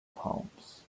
palms